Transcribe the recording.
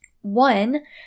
One